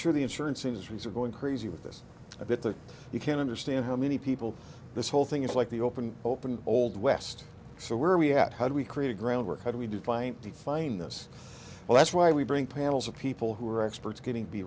sure the insurance industries are going crazy with this a bit that you can't understand how many people this whole thing is like the open open old west so where we had how do we create a ground work how do we do try to find this well that's why we bring panels of people who are experts getting be